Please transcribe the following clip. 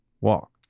walk